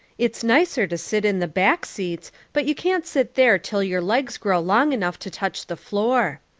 it's nicer to sit in the back seats but you can't sit there till your legs grow long enough to touch the floor.